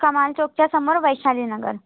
कमाल चौकच्यासमोर वैशालीनगर